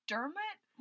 Dermot